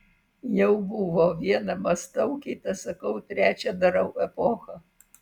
jau buvo viena mąstau kita sakau trečia darau epocha